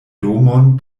domon